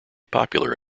popular